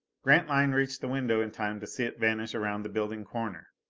grantline reached the window in time to see it vanish around the building corner.